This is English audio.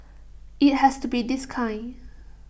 IT has to be this kind